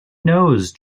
knows